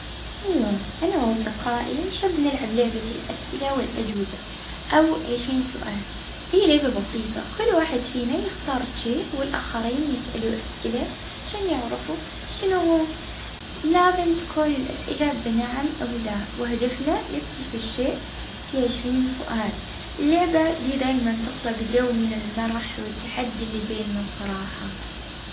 آ نحب نلعب لعبة الورق مع أصحابي خاصة لعبة الرمي والبالوت فيها هلبا منافسة وضحك.